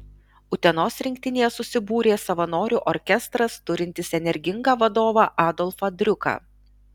utenos rinktinėje susibūrė savanorių orkestras turintis energingą vadovą adolfą driuką